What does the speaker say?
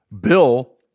bill